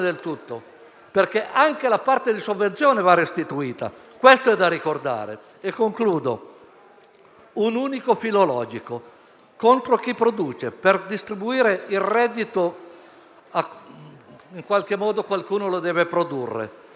perché anche la parte di sovvenzione va restituita. Questo è da ricordare. Concludo. C'è un unico filo logico, contro chi produce. Per distribuire il reddito, in qualche modo qualcuno lo deve produrre.